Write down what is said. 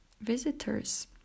visitors